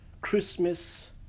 Christmas